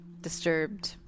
disturbed